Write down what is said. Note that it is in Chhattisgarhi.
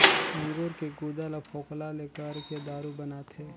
अंगूर के गुदा ल फोकला ले करके दारू बनाथे